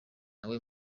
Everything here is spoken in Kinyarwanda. nawe